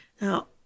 Now